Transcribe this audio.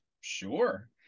Sure